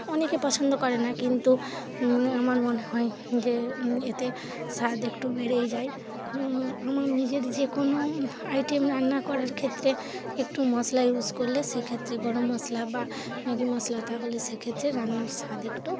অনেকে পছন্দ করে না কিন্তু আমার মনে হয় যে এতে স্বাদ একটু বেড়েই যায় আমার নিজের যে কোনো আইটেম রান্না করার ক্ষেত্রে একটু মশলা ইউজ করলে সেক্ষেত্রে গরম মশলা বা ম্যাগি মশলা তাহলে সেক্ষেত্রে রান্নার স্বাদ একটু